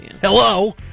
hello